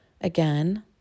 again